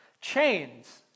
Chains